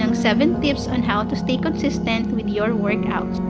um seven tips on how to stay consistent with your workouts.